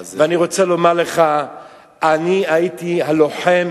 אני רוצה לומר לך שהייתי לוחם